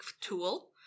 tool